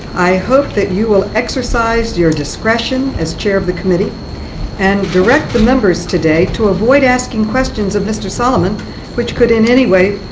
i hope that you will exercise your discretion as chair of the committee and direct the members today to avoid asking questions of mr. solomon which could, in any way,